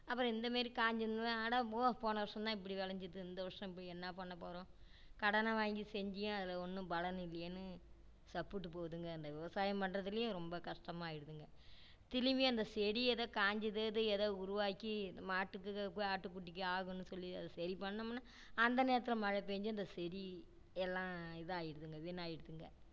அப்புறம் இந்த மாரி காஞ்சிதுனால அட போ போன வருஷம் தான் இப்படி விளஞ்சிது இந்த வருஷம் போய் என்ன பண்ணப்போகிறோம் கடனை வாங்கி செஞ்சியும் அதில் ஒன்றும் பலன் இல்லையேன்னு சப்புட்டு போகுதுங்க அந்த விவசாயம் பண்ணுறதுலியும் ரொம்ப கஷ்டமாக ஆகிடுதுங்க திரும்பி அந்த செடி ஏதோ காஞ்சுது அது ஏதோ உருவாக்கி மாட்டுக்கு ஆட்டுக்குட்டிக்கு ஆகும்னு சொல்லி அது சரி பண்ணோம்னால் அந்த நேரத்தில் மழை பெஞ்சு அந்தச் செடி எல்லாம் இதாகிடுதுங்க வீணாகிடுதுங்க